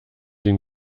ihn